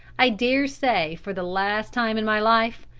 i daresay for the last time in my life,